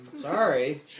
sorry